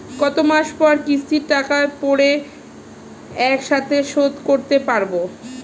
কত মাস পর কিস্তির টাকা পড়ে একসাথে শোধ করতে পারবো?